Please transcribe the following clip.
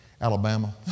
Alabama